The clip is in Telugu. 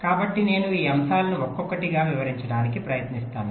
కాబట్టి నేను ఈ అంశాలను ఒక్కొక్కటిగా వివరించడానికి ప్రయత్నిస్తాను